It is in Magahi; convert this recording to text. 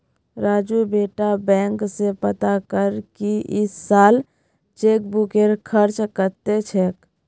राजू बेटा बैंक स पता कर की इस साल चेकबुकेर खर्च कत्ते छेक